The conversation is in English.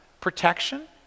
protection